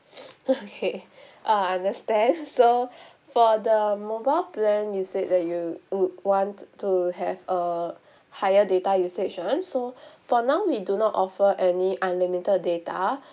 okay uh understand so for the mobile plan you said that you would want to have a higher data usage [one] so for now we do not offer any unlimited data